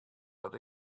dat